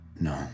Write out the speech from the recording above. no